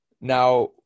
Now